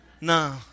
No